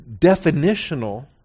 definitional